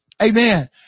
amen